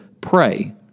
pray